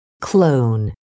Clone